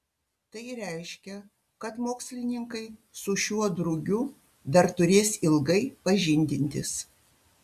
tai reiškia kad mokslininkai su šiuo drugiu dar turės ilgai pažindintis